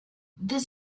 this